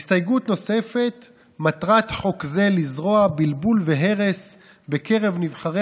הסתייגות נוספת: מטרת חוק זה לזרוע בלבול והרס בקרב נבחרי